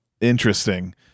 interesting